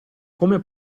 come